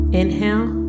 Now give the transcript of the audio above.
inhale